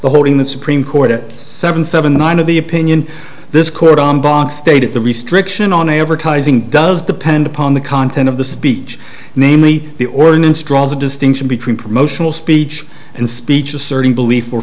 the holding the supreme court it seven seven one of the opinion this court on bach stated the restriction on advertising does depend upon the content of the speech namely the ordinance draws a distinction between promotional speech and speech asserting belief or